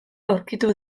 aurkitu